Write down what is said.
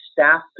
staff